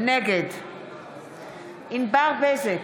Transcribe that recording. נגד ענבר בזק,